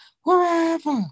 wherever